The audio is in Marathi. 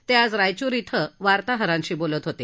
ते आज रायचूर श्वें वार्ताहरांशी बोलत होते